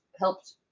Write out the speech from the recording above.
helped